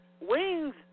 Wings